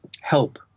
help